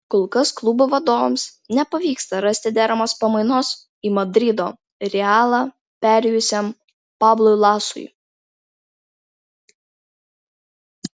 kol kas klubo vadovams nepavyksta rasti deramos pamainos į madrido realą perėjusiam pablui lasui